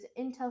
Intel